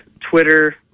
Twitter